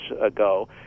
ago